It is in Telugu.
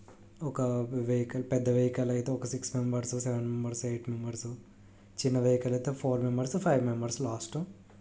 ఒక వెహికల్ పెద్ద వెహికలైతే ఒక six members seven members eight members చిన్న వెహికలైతే four members five members last